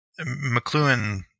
McLuhan